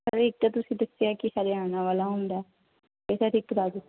sir ਇਕ ਤੁਸੀਂ ਦੱਸਿਆ ਕਿ ਹਰਿਆਣਾ ਵਾਲਾ ਹੁੰਦਾ ਅਤੇ ਸਰ ਇੱਕ ਰਾਜਸਥਾਨ